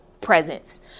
presence